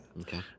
Okay